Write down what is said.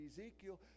Ezekiel